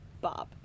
Bob